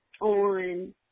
on